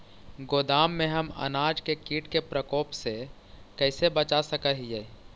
गोदाम में हम अनाज के किट के प्रकोप से कैसे बचा सक हिय?